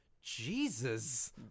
Jesus